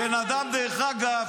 דרך אגב,